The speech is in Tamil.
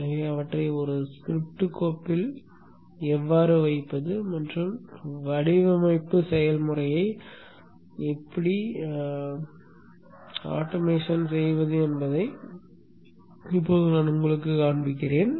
எனவே அவற்றை ஒரு ஸ்கிரிப்ட் கோப்பில் எவ்வாறு வைப்பது மற்றும் வடிவமைப்பு செயல்முறையை தானியங்குபடுத்துவது என்பதை இப்போது நான் உங்களுக்குக் காண்பிப்பேன்